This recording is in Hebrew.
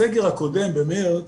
בסגר הקודם במארס,